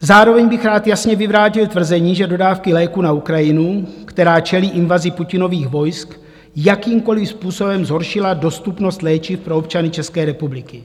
Zároveň bych rád jasně vyvrátil tvrzení, že dodávky léků na Ukrajinu, která čelí invazi Putinových vojsk, jakýmkoliv způsobem zhoršily dostupnost léčiv pro občany České republiky.